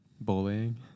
Bullying